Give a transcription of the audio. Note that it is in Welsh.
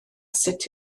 sut